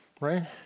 right